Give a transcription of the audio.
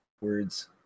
words